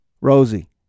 Rosie